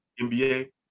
NBA